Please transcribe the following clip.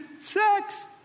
sex